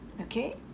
okay